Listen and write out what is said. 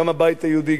גם הבית היהודי,